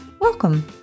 Welcome